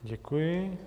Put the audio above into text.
Děkuji.